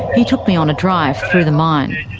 he took me on a drive through the mine.